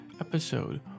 episode